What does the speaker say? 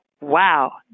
wow